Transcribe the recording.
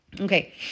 Okay